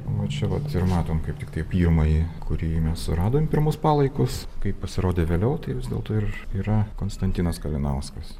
va čia vat ir matom kaip tiktai pirmąjį kurį mes suradom pirmus palaikus kaip pasirodė vėliau tai vis dėlto ir yra konstantinas kalinauskas